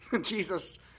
Jesus